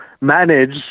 manage